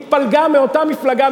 התפלגה מאותה מפלגה,